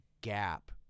gap